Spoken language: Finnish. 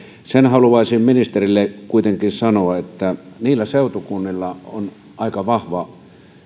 sen haluaisin ministerille kuitenkin sanoa että niillä seutukunnilla on aika vahva